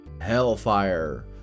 hellfire